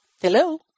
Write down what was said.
Hello